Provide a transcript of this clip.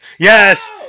Yes